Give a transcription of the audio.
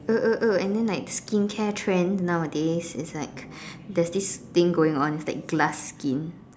oh oh oh and then like skincare trend nowadays is like there's this thing going on it's like glass skin